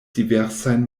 diversajn